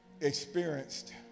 experienced